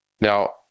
Now